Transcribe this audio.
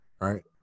Right